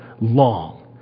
long